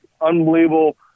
unbelievable